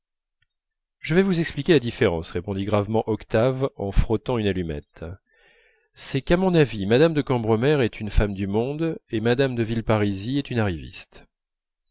je vais vous expliquer la différence répondit gravement octave en frottant une allumette c'est qu'à mon avis mme de cambremer est une femme du monde et mme de villeparisis est une arriviste